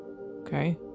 Okay